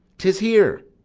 tis here!